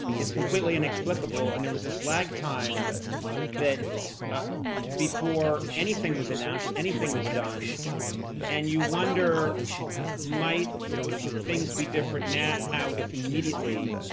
it's completely inexplicable and there was this lag time that ah before anything was announced, anything was done and you wonder might things be different now if immediately,